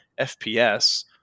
FPS